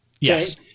Yes